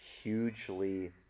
hugely